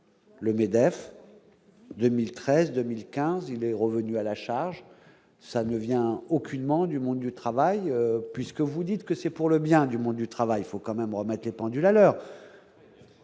Le MEDEF 2013, 2015, il est revenu à la charge, ça ne vient aucunement du monde du travail puisque vous dites que c'est pour le bien du monde du travail, faut quand même remarquer pendules à l'heure.